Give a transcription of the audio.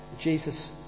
Jesus